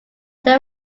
they